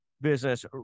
business